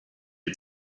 had